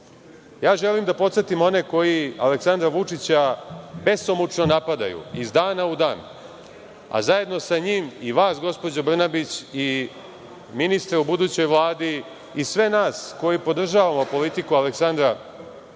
Srbije. Želim da podsetim one koji Aleksandra Vučića besomučno napadaju iz dana u dan, a zajedno sa njim i vas, gospođo Brnabić, i ministre u budućoj Vladi i sve nas koji podržavamo politiku Aleksandra Vučića,